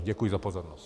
Děkuji za pozornost.